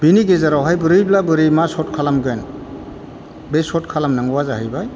बेनि गेजेरावहाय बोरैब्ला बोरै मा सर्त खालामगोन बे सर्त खालामनांगौआ जाहैबाय